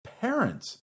parents